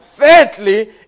Thirdly